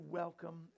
welcome